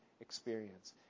experience